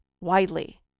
widely